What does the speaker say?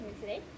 today